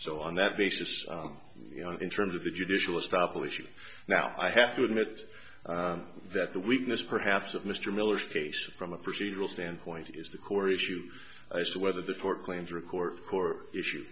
so on that basis on you know in terms of the judicial establishing now i have to admit that the weakness perhaps of mr miller's case from a procedural standpoint is the core issue as to whether the court claims or a court core issue